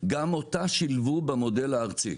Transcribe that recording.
שגם אותה שילבו במודל הארצי.